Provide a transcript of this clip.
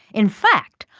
in fact,